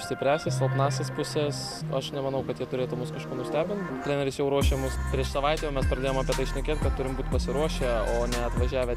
stipriąsias silpnąsias puses aš nemanau kad jie turėtų mus kažkuo nustebint treneris jau ruošė mus prieš savaitę jau mes pradėjom apie tai šnekėt kad turim būti pasiruošę o ne atvažiavę